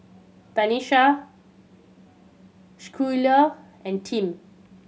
Tanisha Schuyler and Tim